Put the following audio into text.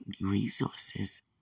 resources